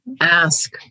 ask